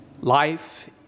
Life